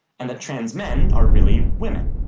and trans men are really women.